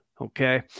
Okay